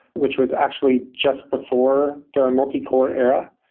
which was actually just before the multi-core era.